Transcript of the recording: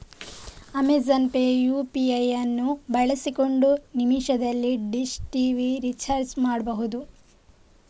Amazon Pay UPI ಅನ್ನು ಬಳಸಿಕೊಂಡು ನಿಮಿಷದಲ್ಲಿ ಡಿಶ್ ಟಿವಿ ರಿಚಾರ್ಜ್ ಮಾಡ್ಬಹುದು